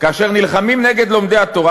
כאשר נלחמים נגד לומדי התורה,